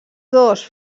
dos